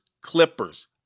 Clippers